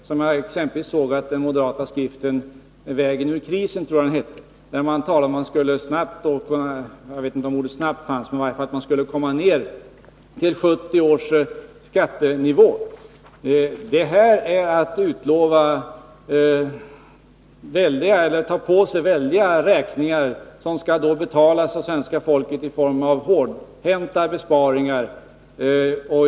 Jag såg exempelvis i den moderata skriften Vägen ur krisen att man ville komma ner till 1970 års skattenivå. Det är att ta på sig väldiga räkningar som skall betalas av svenska folket i form av hårdhänta besparingar.